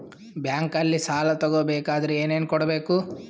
ಬ್ಯಾಂಕಲ್ಲಿ ಸಾಲ ತಗೋ ಬೇಕಾದರೆ ಏನೇನು ಕೊಡಬೇಕು?